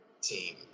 team